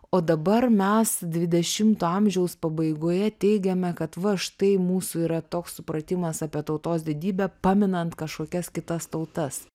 o dabar mes dvidešimto amžiaus pabaigoje teigiame kad va štai mūsų yra toks supratimas apie tautos didybę paminant kažkokias kitas tautas